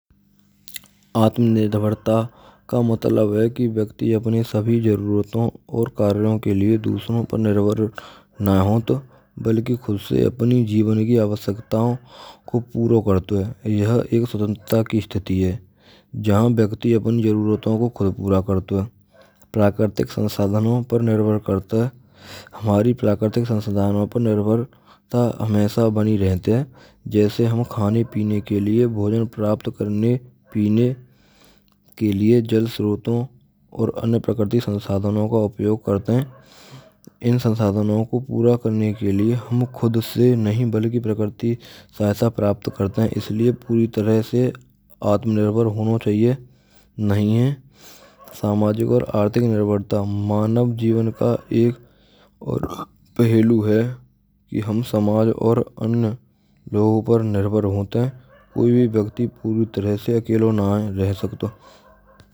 Aatmnirbharta ka matlab hai ki vyakti apne sabhi jaruraton aur karnon ke liye dusron per nirbhar na hot balki khud se apni jivan ki avashyaktaon ko pura karto hai. Yha ek swatantrata ki sthiti hai jahan vyakti apan jaruraton ko pura karto hai. Prakrutik sansadhanon per nirbhar karta hai hamari prakrutik sansadhanon per nirbharta hamesha bani rahte hain. Jaise ham khane pine ke liye bhojan prapt karne peene ke liye jal sroto aur anya prakriti sansadhno ka upyog karte hain. In sansadhno ko pura karne ke liye ham khud se nahin balki prakriti se sahayta prapt karte hain. Isliye puri tarah se aatmnirbhar hona chahie nahin hai kartik nirbharta manav jivan ka ek aur pahlu hai ki ham samaj aur anya logon per nirbhar hota hai koi bhi vyakti puri tarah se akela nay rah sakta.